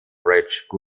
bridge